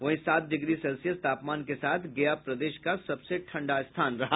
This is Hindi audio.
वहीं सात डिग्री सेल्सियस तापमान के साथ गया प्रदेश का सबसे ठंडा स्थान रहा